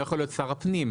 לא מערבים גורמים פוליטיים,